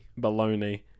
Baloney